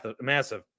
massive